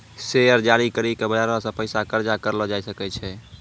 share जारी करि के बजारो से पैसा कर्जा करलो जाय सकै छै